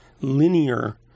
linear